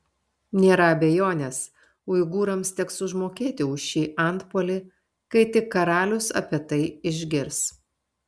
nėra abejonės uigūrams teks užmokėti už šį antpuolį kai tik karalius apie tai išgirs